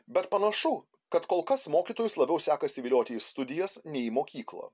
bet panašu kad kol kas mokytojus labiau sekasi vilioti į studijas nei į mokyklą